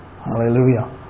Hallelujah